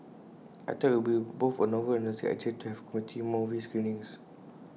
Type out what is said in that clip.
I thought IT would be both A novel and nostalgic idea to have community movie screenings